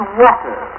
water